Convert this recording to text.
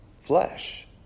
flesh